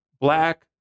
black